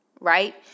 right